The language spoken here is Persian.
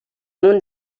مون